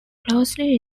closely